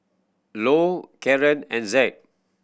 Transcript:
low Kieran and Zed